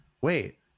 wait